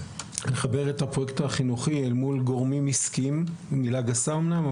לחבר את הפרויקט החינוכי אל מול גורמים עסקיים היא מילה גסה אומנם,